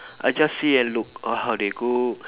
I just see and look oh how they cook